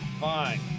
Fine